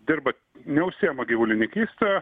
dirba neužsiima gyvulinikyste